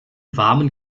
warmen